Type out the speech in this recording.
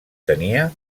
tenia